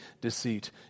deceit